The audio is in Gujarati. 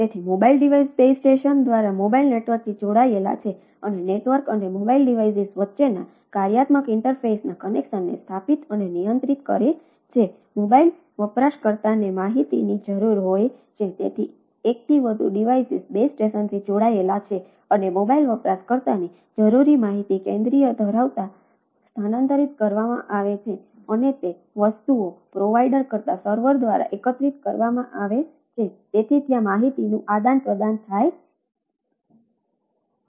તેથી મોબાઇલ ડિવાઈસ બેઝ સ્ટેશનથી જોડાયેલા છે અને મોબાઇલ વપરાશકર્તાને જરૂરી માહિતી કેન્દ્રિય ધરાવતાને સ્થાનાંતરિત કરવામાં આવે છે અને તે વસ્તુઓ પ્રોવાઇડર કરતા સર્વર દ્વારા એકત્રિત કરવામાં આવે છે તેથી ત્યાં માહિતીનું આદાન પ્રદાન થાય છે